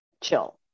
chill